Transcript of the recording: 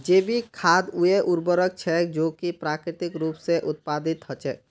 जैविक खाद वे उर्वरक छेक जो कि प्राकृतिक रूप स उत्पादित हछेक